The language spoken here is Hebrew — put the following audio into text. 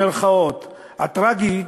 הטרגי,